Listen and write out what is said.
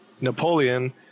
Napoleon